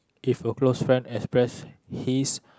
if your close friend express his